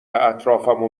اطرافمو